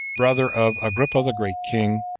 brother of agrippa the great king,